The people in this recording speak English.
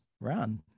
run